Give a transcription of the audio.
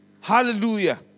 Hallelujah